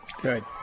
Good